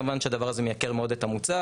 כמובן שהדבר הזה מייקר מאוד את המוצר.